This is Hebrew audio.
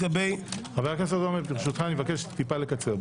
חבר הכנסת רוטמן, ברשותך אבקש טיפה לקצר.